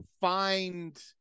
find